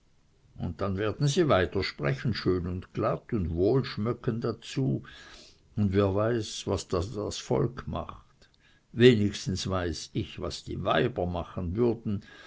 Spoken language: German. und dann werden sie weiter sprechen schön und glatt und wohl schmöcke dazu und wer weiß was dann das volk macht wenigstens weiß ich was die weiber machen würden